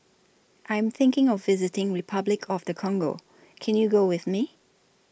I Am thinking of visiting Repuclic of The Congo Can YOU Go with Me